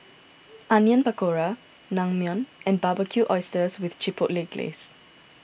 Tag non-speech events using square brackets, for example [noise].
[noise] Onion Pakora Naengmyeon and Barbecued Oysters with Chipotle Glaze